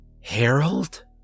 Harold